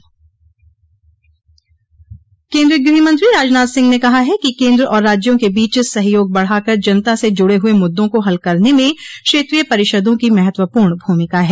केन्द्रीय गृहमंत्री राजनाथ सिंह ने कहा है कि केन्द्र और राज्यों के बीच सहयोग बढ़ाकर जनता से जुड़े हुए मुद्दों को हल करने में क्षेत्रीय परिषदों की महत्वपूर्ण भूमिका है